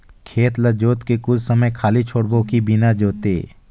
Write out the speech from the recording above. खेत ल जोत के कुछ समय खाली छोड़बो कि बिना जोते?